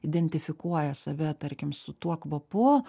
identifikuoja save tarkim su tuo kvapu